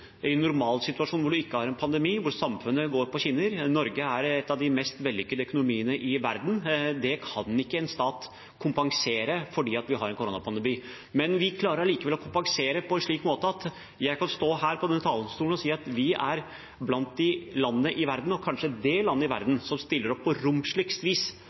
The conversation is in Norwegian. du ikke har en pandemi, og der samfunnet går på skinner. Norge er en av de mest vellykkede økonomiene i verden. Det kan ikke en stat kompensere fordi vi har en koronapandemi. Men vi klarer allikevel å kompensere på en slik måte at jeg kan stå her på denne talerstolen og si at vi er blant de landene i verden – kanskje det landet i verden – som stiller opp på romsligst vis